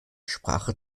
sprache